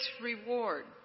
reward